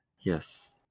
Yes